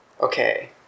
okay